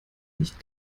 nicht